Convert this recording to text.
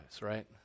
right